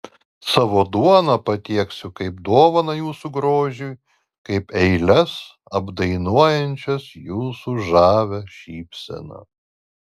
savo duoną patieksiu kaip dovaną jūsų grožiui kaip eiles apdainuojančias jūsų žavią šypseną